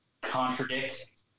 contradict